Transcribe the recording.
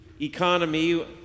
economy